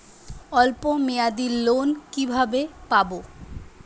অল্প মেয়াদি লোন কিভাবে পাব?